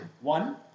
one